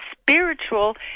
spiritual